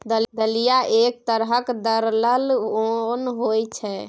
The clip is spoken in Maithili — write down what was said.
दलिया एक तरहक दरलल ओन होइ छै